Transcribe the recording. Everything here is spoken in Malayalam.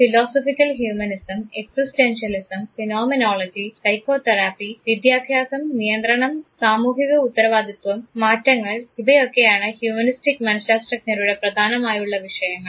philosophical humanism existentialism phenomenology psychotherapy വിദ്യാഭ്യാസം നിയന്ത്രണം സാമൂഹിക ഉത്തരവാദിത്വം മാറ്റങ്ങൾ ഇവയൊക്കെയാണ് ഹ്യൂമനിസ്റ്റിക് മനഃശാസ്ത്രജ്ഞരുടെ പ്രധാനമായുള്ള വിഷയങ്ങൾ